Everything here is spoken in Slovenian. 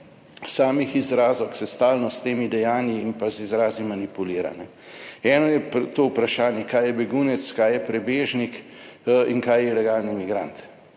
samih izrazov, ki se stalno s temi dejanji in pa z izrazi manipulira. Eno je to vprašanje kaj je begunec, kaj je prebežnik in kaj je ilegalni migrant.